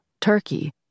Turkey